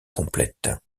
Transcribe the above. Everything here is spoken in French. complètes